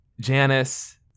Janice